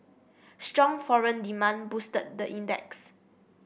strong foreign demand boosted the index